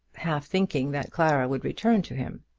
half thinking that clara would return to him.